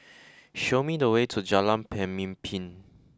show me the way to Jalan Pemimpin